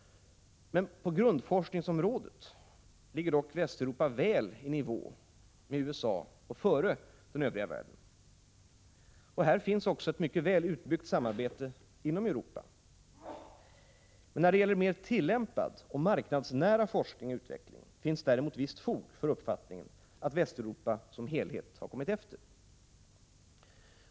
På grundforskningsområdet ligger dock Västeuropa väl i nivå med USA och före den övriga världen. Här finns också ett mycket väl utbyggt samarbete inom Europa. När det gäller mer tillämpad och marknadsnära forskning och utveckling finns däremot visst fog för uppfattningen att Västeuropa som helhet har kommit efter.